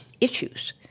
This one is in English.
issues